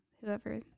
whoever